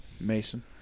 Mason